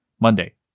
Monday